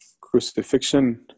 Crucifixion